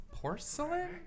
porcelain